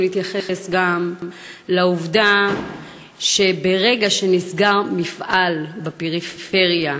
להתייחס גם לעובדה שברגע שנסגר מפעל בפריפריה,